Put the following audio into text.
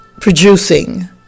producing